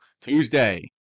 Tuesday